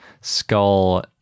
skull